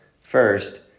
first